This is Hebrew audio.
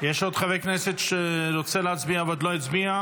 יש עוד חבר כנסת שרוצה להצביע ועוד לא הצביע?